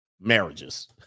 marriages